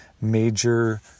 major